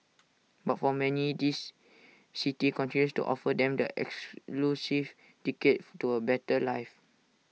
but for many this city continues to offer them the ticket to A better life